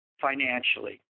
financially